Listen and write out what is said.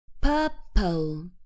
purple